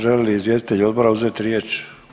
Žele li izvjestitelji odbora uzeti riječ?